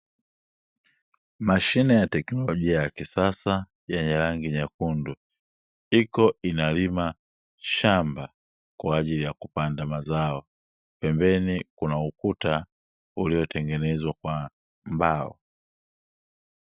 Mashine ya teknolojia ya kisasa yenye rangi nyekundu ipo inalima shamba kwa ajili ya kupanda mazao, pembeni kuna ukuta uliotengenezwa kwa mbao.